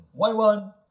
Y1